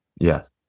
Yes